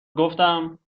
گفتم